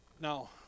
Now